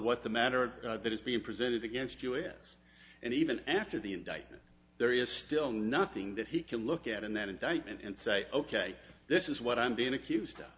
what the matter is that is being presented against us and even after the indictment there is still nothing that he can look at in that indictment and say ok this is what i'm being accused